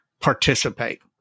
participate